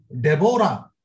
Deborah